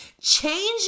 Change